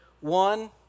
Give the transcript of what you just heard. One